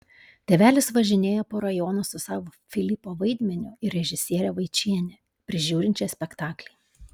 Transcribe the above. tėvelis važinėja po rajonus su savo filipo vaidmeniu ir režisiere vaičiene prižiūrinčia spektaklį